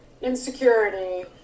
insecurity